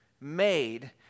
made